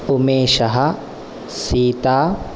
Umesh Sita